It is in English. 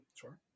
Sure